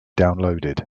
downloaded